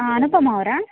ಹಾಂ ಅನುಪಮ ಅವರಾ